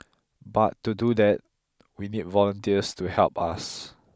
but to do that we need volunteers to help us